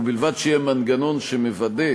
ובלבד שיהיה מנגנון שמוודא